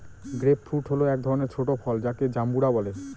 grape fruit হল এক ধরনের ছোট ফল যাকে জাম্বুরা বলে